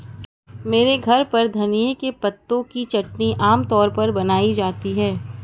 मेरे घर पर धनिए के पत्तों की चटनी आम तौर पर बनाई जाती है